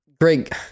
great